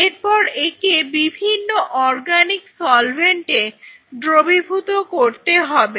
এরপর একে বিভিন্ন অর্গানিক সলভেন্টে দ্রবীভূত করতে হবে